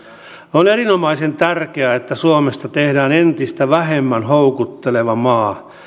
on erinomaisen tärkeää että suomesta tehdään entistä vähemmän houkutteleva maa